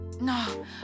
No